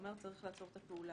למה לא התרעת".